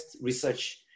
research